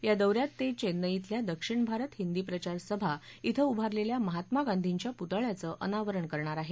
या दौऱ्यात ते चेन्नई बेल्या दक्षिण भारत हिंदी प्रचार सभा क्रें उभारलेल्या महात्मा गांधींच्या पुतळ्याचं अनावरण करणार आहेत